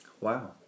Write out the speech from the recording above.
Wow